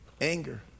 anger